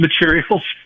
materials